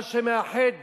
מה שמאחד